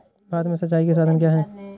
भारत में सिंचाई के साधन क्या है?